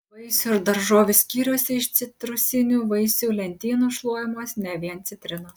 vaisių ir daržovių skyriuose iš citrusinių vaisių lentynų šluojamos ne vien citrinos